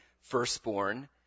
firstborn